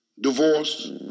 divorce